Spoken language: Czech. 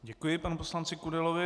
Děkuji panu poslanci Kudelovi.